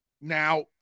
Now